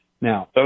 Now